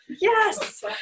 yes